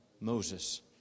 Moses